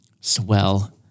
Swell